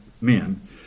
men